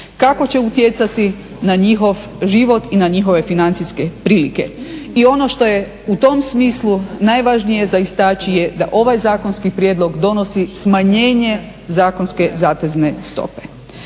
kako će utjecati na njihovo život i na njihove financijske prilike. I ono što je u tom smislu najvažnije za istači je da ovaj zakonski prijedlog donosi smanjenje zakonske zatezne stope.